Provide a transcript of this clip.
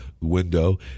window